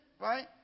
Right